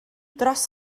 dros